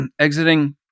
exiting